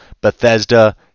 Bethesda